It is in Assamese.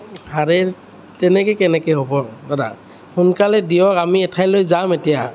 হাৰে তেনেকৈ কেনেকৈ হ'ব দাদা সোনকালে দিয়ক আমি এঠাইলৈ যাম এতিয়া